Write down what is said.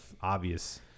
obvious